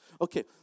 Okay